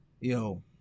Yo